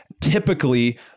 typically